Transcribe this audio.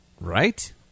Right